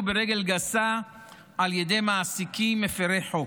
ברגל גסה על ידי מעסיקים מפירי חוק.